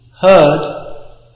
heard